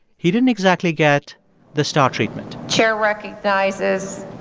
he didn't exactly get the star treatment chair recognizes.